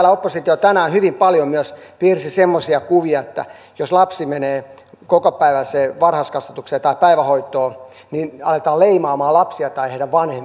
toisekseen täällä oppositio tänään hyvin paljon myös piirsi semmoisia kuvia että jos lapsi menee kokopäiväiseen varhaiskasvatukseen tai päivähoitoon niin aletaan leimaamaan lapsia tai heidän vanhempiaan